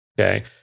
okay